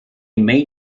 may